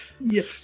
Yes